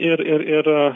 ir ir ir